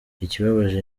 ikibabaje